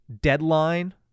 deadline